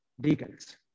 deacons